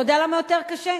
אתה יודע למה יותר קשה?